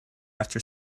after